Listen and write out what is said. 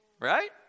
right